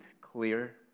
clear